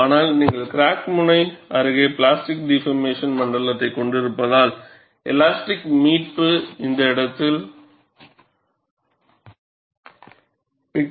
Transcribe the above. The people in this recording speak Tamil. ஆனால் நீங்கள் கிராக் முனை அருகே பிளாஸ்டிக் டிபார்மேசன் மண்டலத்தைக் கொண்டிருப்பதால் எலாஸ்டிக் மீட்பு இந்த இடத்தில் சுருக்கிவிடும்